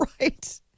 right